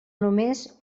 només